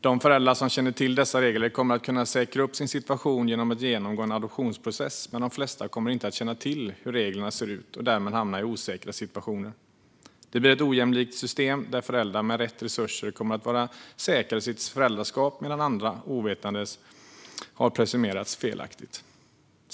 De föräldrar som känner till dessa regler kommer att kunna säkra upp sin situation genom att genomgå en adoptionsprocess, men de flesta kommer inte att känna till hur reglerna ser ut och därmed hamna i osäkra situationer. Det blir ett ojämlikt system, där föräldrar med rätt resurser kommer att vara säkra i sitt föräldraskap medan andra ovetandes har presumerats felaktigt.